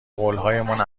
قولهایمان